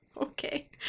Okay